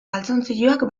galtzontziloak